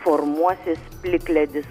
formuosis plikledis